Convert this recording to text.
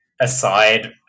aside